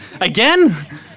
Again